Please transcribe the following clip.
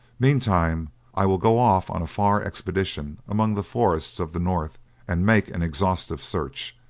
meantime i will go off on a far expedition among the forests of the north and make an exhaustive search.